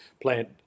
plant